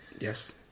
Yes